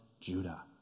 Judah